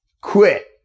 quit